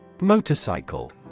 Motorcycle